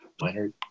Leonard